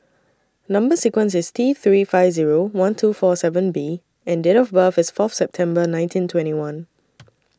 Number sequence IS T three five Zero one two four seven B and Date of birth IS Fourth September nineteen twenty one